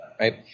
right